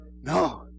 No